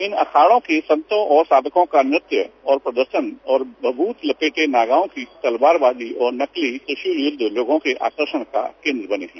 इन अखाड़ों के संतों और साधुओं का नृत्य और प्रदर्शन और भभूत लपेटे नागाओं की तलवारबाजी और त्रिशूल युद्ध लोगों के आकर्षण का केन्द्र बने हैं